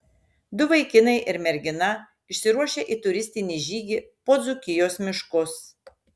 du vaikinai ir mergina išsiruošia į turistinį žygį po dzūkijos miškus